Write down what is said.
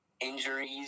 injuries